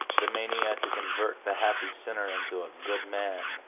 the mania to convert the happy sinner into a good man,